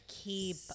Keep